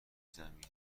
زمین